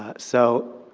ah so,